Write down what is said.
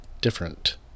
different